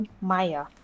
Maya